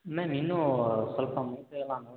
ma'am ಇನ್ನೂ ಸ್ವಲ್ಪ ಮೈ ಕೈ ಎಲ್ಲ ನೋವಿದೆ